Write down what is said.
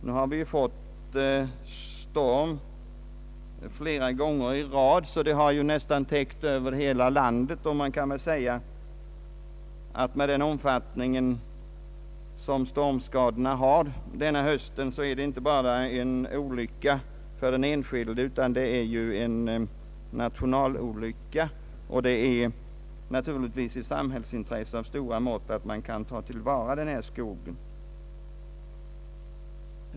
Nu har det ju stormat flera gånger i rad, och nästan hela landet har drabbats, så man kan väl säga att stormskadorna, med den omfattning som de har fått denna höst, inte bara är en olycka för den enskilde utan en nationalolycka. Det är naturligtvis ett samhällsintresse av stora mått att ta till vara den stormfällda skogen.